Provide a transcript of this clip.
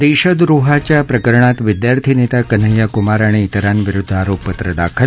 देशद्रोहाच्या प्रकरणात विद्यार्थीनेता कन्हैय्या कुमार आणि त्रिरांविरुद्ध आरोपपत्र दाखल